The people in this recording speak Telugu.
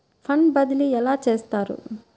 ఫండ్ బదిలీ ఎలా చేస్తారు?